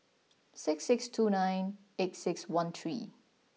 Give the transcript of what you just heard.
six six two nine eight six one three